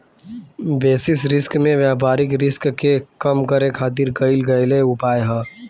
basis risk में व्यापारिक risk के कम करे खातिर कईल गयेल उपाय ह